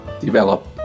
develop